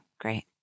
Great